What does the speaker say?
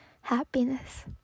happiness